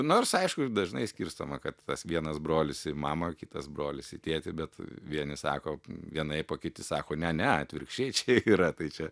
nors aišku dažnai skirstoma kad tas vienas brolis į mamą o kitas brolis į tėtį bet vieni sako vienaip o kiti sako ne ne atvirkščiai čia yra tai čia